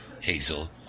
Hazel